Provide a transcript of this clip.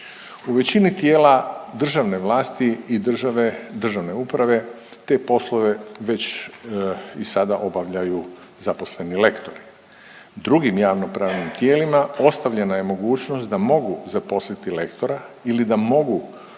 U većini tijela državne vlasti i države, državne uprave te poslove već i sada obavljaju zaposleni lektori. Drugim javnopravnim tijelima ostavljena je mogućnost da mogu zaposliti lektora ili da mogu